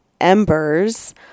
Embers